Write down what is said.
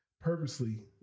purposely